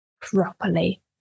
properly